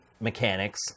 mechanics